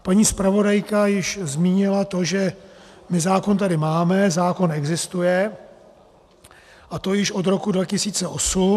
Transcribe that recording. Paní zpravodajka již zmínila to, že zákon tady máme, zákon existuje, a to již od roku 2008.